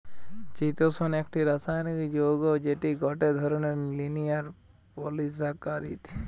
চিতোষণ একটি রাসায়নিক যৌগ্য যেটি গটে ধরণের লিনিয়ার পলিসাকারীদ